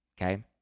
Okay